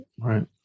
right